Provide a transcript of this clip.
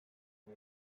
eta